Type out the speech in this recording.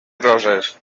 roses